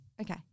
Okay